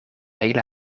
hele